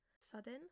sudden